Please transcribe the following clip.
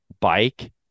bike